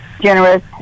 generous